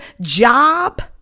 job